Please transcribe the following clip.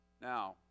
Now